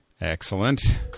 Excellent